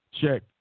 check